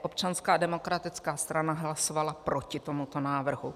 Občanská demokratická strana hlasovala proti tomuto návrhu.